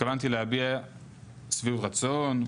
התכוונתי להביע שביעות רצון,